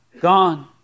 gone